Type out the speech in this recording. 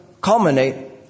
culminate